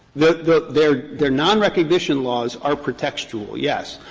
the the their their nonrecognition laws are pretextual, yes,